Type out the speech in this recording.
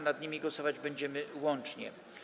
Nad nimi głosować będziemy łącznie.